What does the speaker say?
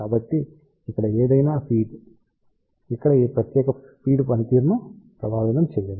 కాబట్టి ఇక్కడ ఏదైనా ఫీడ్ ఇక్కడ ఈ ప్రత్యేక ఫీడ్ పనితీరును ప్రభావితం చేయదు